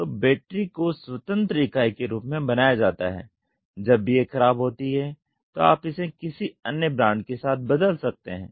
तो बैटरी को स्वतंत्र इकाई के रूप में बनाया जाता है जब भी यह ख़राब होती है तो आप इसे किसी अन्य ब्रांड के साथ बदल सकते हैं